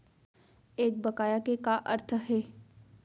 एक बकाया के का अर्थ हे?